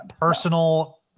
personal